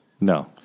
No